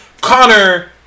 Connor